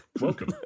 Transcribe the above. welcome